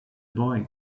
boy